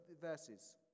verses